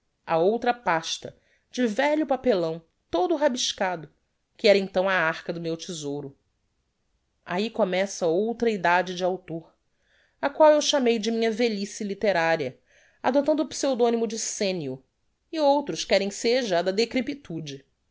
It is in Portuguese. a outra pasta de velho papelão todo rabiscado que era então a arca de meu thezouro ahi começa outra idade de author a qual eu chamei de minha velhice litteraria adoptando o pseudonymo de senio e outros querem seja a da